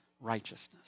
righteousness